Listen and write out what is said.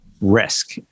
risk